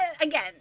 again